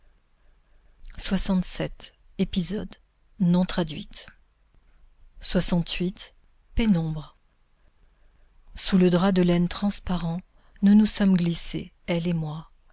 épisode pénombre sous le drap de laine transparent nous nous sommes glissées elle et moi